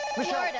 michelle? and